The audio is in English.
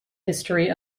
history